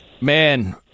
man